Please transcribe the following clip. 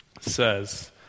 says